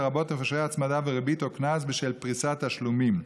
לרבות הפרשי הצמדה וריבית או קנס בשל פריסת תשלומים,